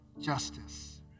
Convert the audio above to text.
justice